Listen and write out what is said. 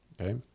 Okay